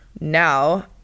now